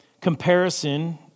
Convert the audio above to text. comparison